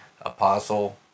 apostle